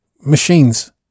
machines